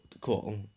cool